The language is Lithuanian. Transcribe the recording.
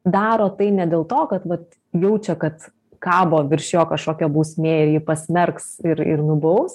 daro tai ne dėl to kad jaučia kad kabo virš jo kažkokia bausmė ir jį pasmerks ir ir nubaus